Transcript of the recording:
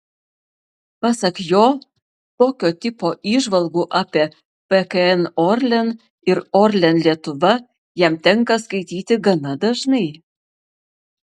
pasak jo tokio tipo įžvalgų apie pkn orlen ir orlen lietuva jam tenka skaityti gana dažnai